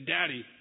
Daddy